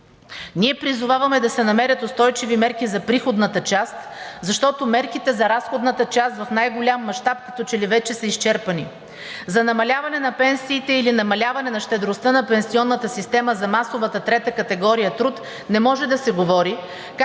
Ние призоваваме да се намерят устойчиви мерки за приходната част, защото мерките за разходната част в най-голям мащаб като че ли вече са изчерпани. За намаляване на пенсиите или намаляване на щедростта на пенсионната система за масовата трета категория труд не може да се говори,